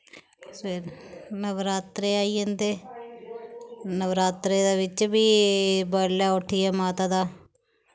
फिर नवरात्रे आई जंदे नवरात्रे दे बिच्च बी बडलै उट्ठियै माता दा